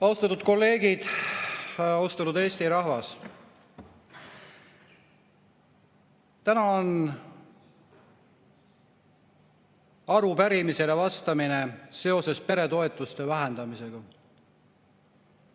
Austatud kolleegid! Austatud Eesti rahvas! Täna on arupärimisele vastamine seoses peretoetuste vähendamisega.